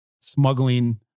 smuggling